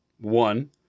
one